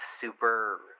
super